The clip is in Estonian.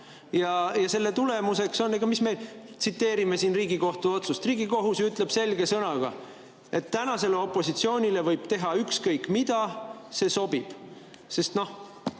sest me saame. Aga mis me tsiteerime siin Riigikohtu otsust. Riigikohus ju ütleb selge sõnaga, et tänasele opositsioonile võib teha ükskõik mida, see sobib.